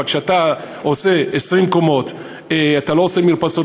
אבל כשאתה בונה 20 קומות ואתה לא עושה מרפסות